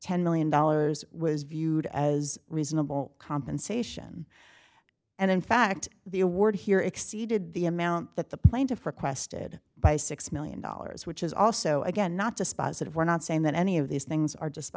ten million dollars was viewed as reasonable compensation and in fact the award here exceeded the amount that the plaintiff requested by six million dollars which is also again not dispositive we're not saying that any of these things are